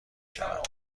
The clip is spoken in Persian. شود